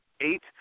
eight